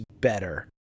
better